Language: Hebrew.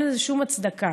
אין לזה שום הצדקה.